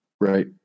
Right